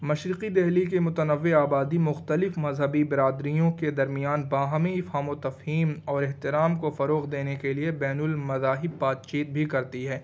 مشرقی دہلی کے متنوع آبادی مختلف مذہبی برادریوں کے درمیان باہمی افہام و تفہیم اور احترام کو فروغ دینے کے لیے بین المذاہب بات چیت بھی کرتی ہے